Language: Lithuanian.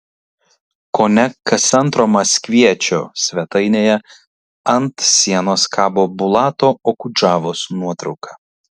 kone kas antro maskviečio svetainėje ant sienos kabo bulato okudžavos nuotrauka